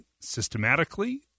systematically